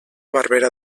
barberà